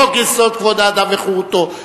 חוק-יסוד: כבוד האדם וחירותו,